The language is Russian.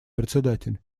председатель